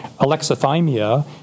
alexithymia